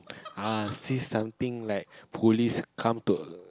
see something like police come to